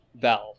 Valve